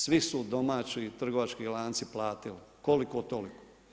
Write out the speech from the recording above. Svi su domaći trgovački lanci platili, koliko, toliko.